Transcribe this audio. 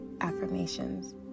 affirmations